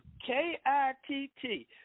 k-i-t-t